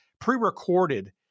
pre-recorded